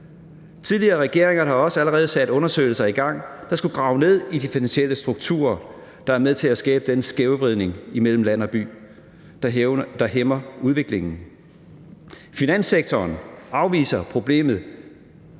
Tidligere regeringer har da også allerede sat undersøgelser i gang, der skulle grave ned i de finansielle strukturer, som er med til at skabe den skævvridning mellem land og by, der hæmmer udviklingen. Finanssektoren afviser problemet,